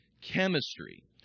Chemistry